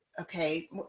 Okay